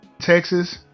Texas